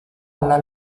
alla